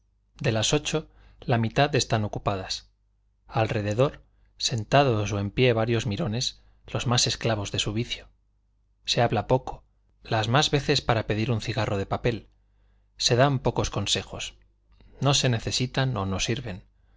de las ocho la mitad están ocupadas alrededor sentados o en pie varios mirones los más esclavos de su vicio se habla poco las más veces para pedir un cigarro de papel se dan pocos consejos no se necesitan o no sirven